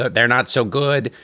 ah they're not so good.